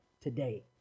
today